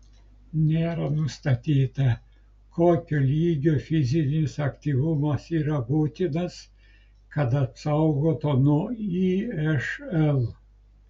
nėra nustatyta kokio lygio fizinis aktyvumas yra būtinas kad apsaugotų nuo išl